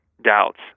doubts